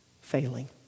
failing